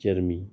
जर्मी